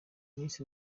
miss